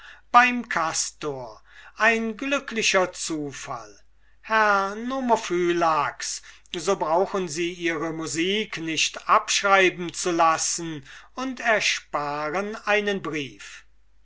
beim kastor ein glücklicher zufall herr nomophylax so brauchen sie ihre musik nicht abschreiben zu lassen und ersparen einen brief